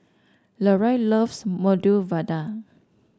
Leroy loves Medu Vada